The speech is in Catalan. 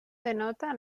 denota